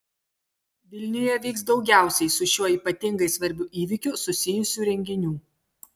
vilniuje vyks daugiausiai su šiuo ypatingai svarbiu įvykiu susijusių renginių